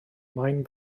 maen